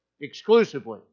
Exclusively